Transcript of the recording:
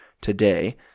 today